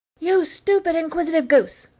you stupid, inquisitive goose!